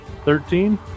Thirteen